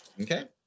Okay